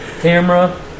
camera